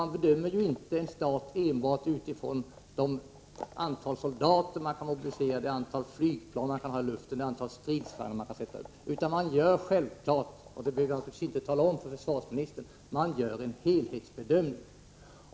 Man bedömer inte en stat enbart utifrån det antal soldater som kan mobiliseras, antalet flygplan i luften eller det antal stridsvagnar som enbart kan sättas upp, utan man gör självfallet — det behöver jag naturligtvis inte tala om för försvarsministern — en helthetsbedömning.